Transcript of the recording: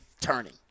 turning